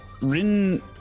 Rin